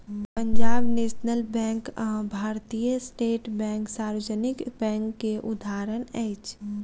Punjab National Bank आ Bharatiya State Bank सार्वजनिक bank के उदाहरण अछि